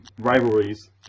rivalries